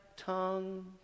Tongue